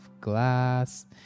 glass